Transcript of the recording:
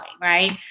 Right